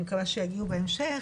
אני מקווה שיגיעו בהמשך